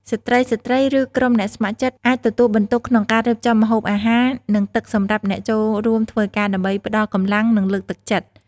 ស្ត្រីៗ ឬក្រុមអ្នកស្ម័គ្រចិត្តអាចទទួលបន្ទុកក្នុងការរៀបចំម្ហូបអាហារ និងទឹកសម្រាប់អ្នកចូលរួមធ្វើការ ដើម្បីផ្តល់កម្លាំង និងលើកទឹកចិត្ត។